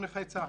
לא הנוכחי,